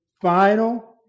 final